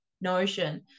notion